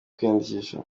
kwiyandikisha